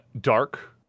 dark